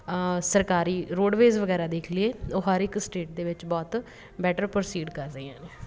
ਸਰਕਾਰੀ ਰੋਡਵੇਜ਼ ਵਗੈਰਾ ਦੇਖ ਲਈਏ ਉਹ ਹਰ ਇੱਕ ਸਟੇਟ ਦੇ ਵਿੱਚ ਬਹੁਤ ਬੈਟਰ ਪ੍ਰੋਸੀਡ ਕਰ ਰਹੀਆਂ ਨੇ